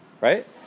Right